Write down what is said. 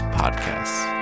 podcasts